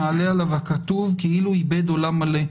מעלה עליו הכתוב כאילו איבד עולם מלא.